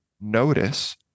notice